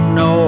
no